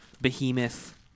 behemoth